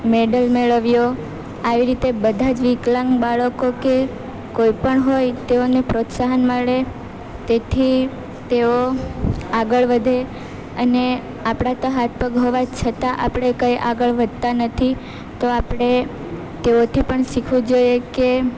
medal મેળવ્યો આવી રીતે બધા જ વિકલાંગ બાળકો કે કોઈ પણ હોય તેઓને પ્રોત્સાહન મળે તેથી તેઓ આગળ વધે અને આપણા તો હાથ પગ હોવા છતાં આપણે કંઈ આગળ વધતાં નથી તો આપણે તેઓથી પણ શીખવું જોઈએ કે